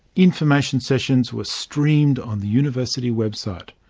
information sessions were streamed on the university website.